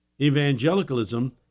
evangelicalism